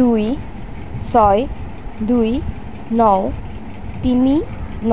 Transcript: দুই ছয় দুই ন তিনি ন